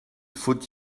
faut